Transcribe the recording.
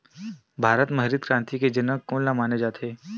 भारत मा हरित क्रांति के जनक कोन ला माने जाथे?